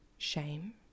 Shame